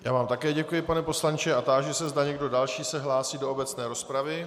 Já vám také děkuji, pane poslanče, a táži se, zda se někdo další hlásí do obecné rozpravy.